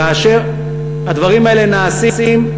כאשר הדברים האלה נעשים,